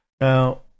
Now